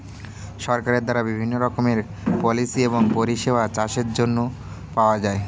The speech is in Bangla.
সরকারের দ্বারা বিভিন্ন রকমের পলিসি এবং পরিষেবা চাষের জন্য পাওয়া যায়